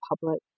public